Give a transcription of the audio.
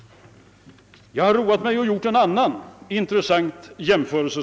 Jag har roat mig med att göra en annan intressant jämförelse.